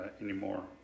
anymore